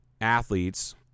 athletes